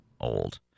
old